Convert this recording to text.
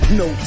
no